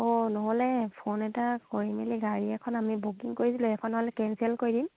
অঁ নহ'লে ফোন এটা কৰি মেলি গাড়ী এখন আমি বুকিং কৰিছিলোঁ এখন নহ'লে কেনঞ্চেল কৰি দিম